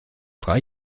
drei